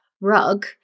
rug